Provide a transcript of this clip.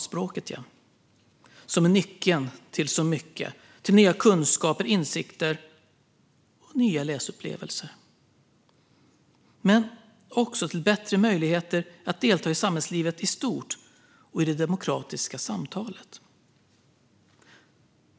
Språket, ja - det är nyckeln till så mycket, till nya kunskaper, insikter och nya läsupplevelser men också till bättre möjligheter att delta i samhällslivet i stort och i det demokratiska samtalet.